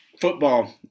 football